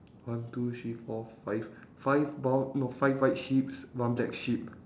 one two three four five five brown no five white sheeps one black sheep